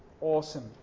awesome